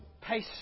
pace